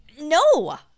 No